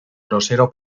grosero